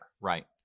Right